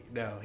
no